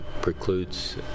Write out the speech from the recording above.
precludes